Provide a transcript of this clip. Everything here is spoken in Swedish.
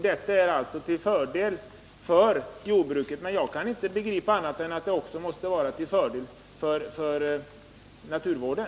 Det är till fördel för jordbruket, men jag kan inte förstå annat än att det också måste vara till fördel för naturvården.